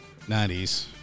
90s